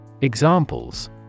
Examples